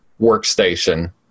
Workstation